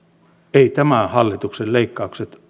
tämän hallituksen leikkaukset